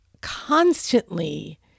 constantly